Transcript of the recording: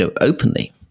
openly